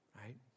right